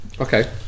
Okay